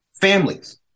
families